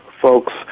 folks